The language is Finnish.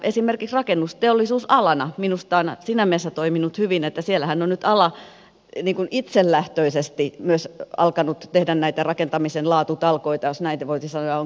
esimerkiksi rakennusteollisuus alana on minusta siinä mielessä toiminut hyvin että siellähän on nyt ala niin kuin itselähtöisesti alkanut tehdä näitä rakentamisen laatutalkoita jos näin voisi sanoa